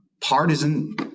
partisan